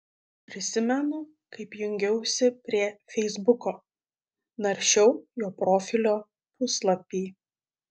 prisimenu kaip jungiausi prie feisbuko naršiau jo profilio puslapį